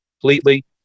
completely